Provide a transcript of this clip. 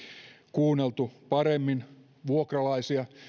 kuunneltu paremmin vuokralaisia